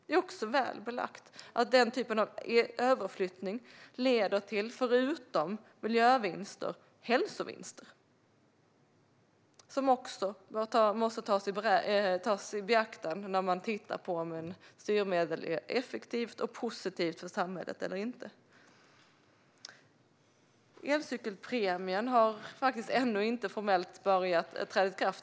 Det är också väl belagt att den typen av överflyttning förutom miljövinster också leder till hälsovinster, som också måste tas i beaktande när man tittar på om ett styrmedel är effektivt och positivt för samhället eller inte. Elcykelpremien har ännu inte formellt trätt i kraft.